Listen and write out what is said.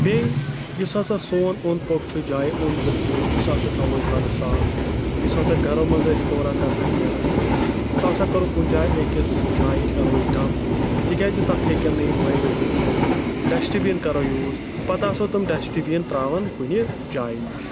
بَیٚیہِ یُس ہَسا سون اوٚنٛد پوٚکھ چھُ جایہِ اوٚند پوٚکھ چھُ سُہ ہَسا تھاوَو أسۍ بَڑٕ صاف یُس ہَسا گَرَو منٛز أسۍ کورَا کَرکَٹ نَیٚران چھُ سُہ ہَسا کَرو کُنہِ جایہِ أکِس جایہِ کَرو أسۍ ڈَمپ تِکیازِ تَتھ ہیٚکن نہٕ یہِ مٔہۍ ؤتھِتھ کینٛہہ ڈسٹٕبِن کرَو یوٗز پَتہٕ ہسا تِم ڈسٹٕبِن ترٛاوان کُنہِ جایہِ نِش